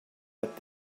what